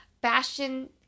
bastion